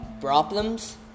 problems